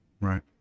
right